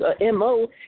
MO